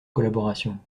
collaboration